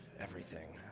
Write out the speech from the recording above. everything.